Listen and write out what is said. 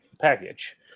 package